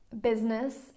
business